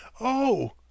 Oh